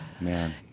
Man